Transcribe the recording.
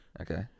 Okay